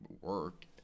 work